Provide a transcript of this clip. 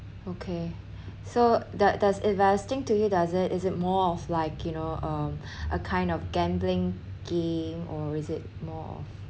okay so does does investing to you does it is it more of like you know um a kind of gambling game or is it more of